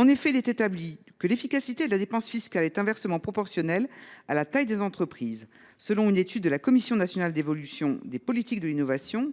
Il est établi que l’efficacité de la dépense fiscale est inversement proportionnelle à la taille des entreprises. Selon une étude de la Commission nationale d’évaluation des politiques d’innovation